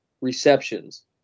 receptions